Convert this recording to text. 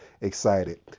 excited